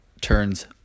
turns